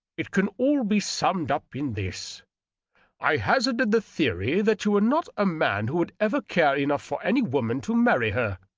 it can all be summed up in this i hazarded the theory that you were not a man who would ever care enough for any woman to marry her,